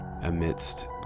amidst